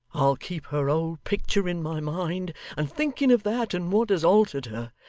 i'll keep her old picture in my mind and thinking of that, and what has altered her,